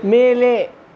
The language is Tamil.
மேலே